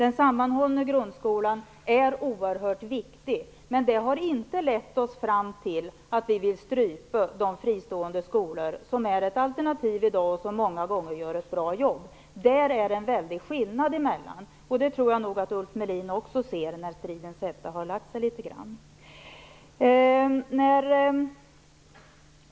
Den sammanhållna grundskolan är oerhört viktig, men det har inte lett oss fram till att vi vill strypa de fristående skolor som i dag är ett alternativ och som många gånger gör ett bra jobb. Det är en stor skillnad däremellan, och jag tror att också Ulf Melin inser det, när stridens hetta har lagt sig litet grand.